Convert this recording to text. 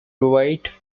white